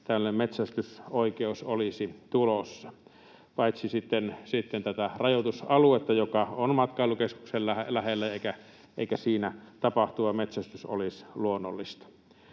tänne metsästysoikeus olisi tulossa, paitsi sitten rajoitusalueella, joka on matkailukeskuksen lähellä, eikä siinä tapahtuva metsästys olisi luonnollista.